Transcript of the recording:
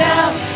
out